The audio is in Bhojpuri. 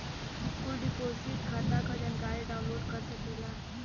कुल डिपोसिट खाता क जानकारी डाउनलोड कर सकेला